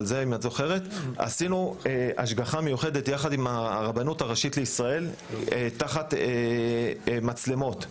עשינו השגחה מיוחדת יחד עם הרבנות הראשית לישראל תחת מצלמות.